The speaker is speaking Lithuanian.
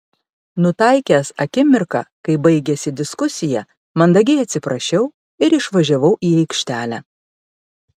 nutaikęs akimirką kai baigėsi diskusija mandagiai atsiprašiau ir išvažiavau į aikštelę